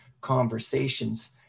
conversations